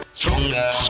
stronger